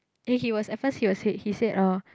then he was at first he was said he said uh